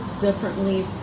differently